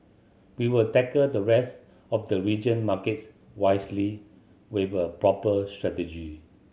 we will tackle the rest of the region markets wisely with a proper strategy